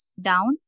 down